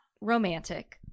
romantic